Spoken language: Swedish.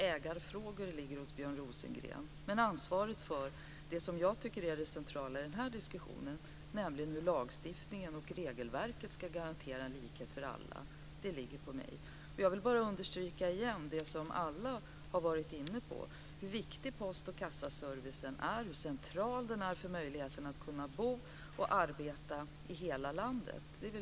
Ägarfrågor ligger hos Björn Rosengren, men ansvaret för det som jag tycker är det centrala i den här diskussionen, nämligen hur lagstiftningen och regelverket ska garantera likhet för alla, ligger på mig. Jag vill återigen understryka det som alla har varit inne på, att post och kassaservicen är viktig och central för möjligheterna att bo och arbeta i hela landet.